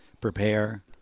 prepare